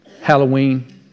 Halloween